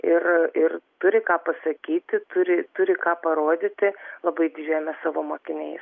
ir ir turi ką pasakyti turi turi ką parodyti labai didžiuojamės savo mokiniais